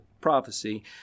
prophecy